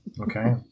Okay